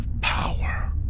power